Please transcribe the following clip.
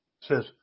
says